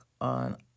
on